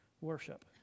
worship